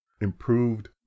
Improved